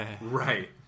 Right